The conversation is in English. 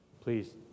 Please